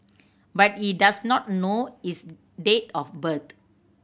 but he does not know his date of birth